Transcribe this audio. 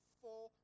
four